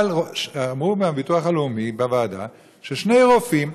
אבל אמרו מביטוח לאומי בוועדה ששני רופאים,